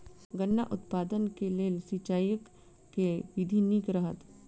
गन्ना उत्पादन केँ लेल सिंचाईक केँ विधि नीक रहत?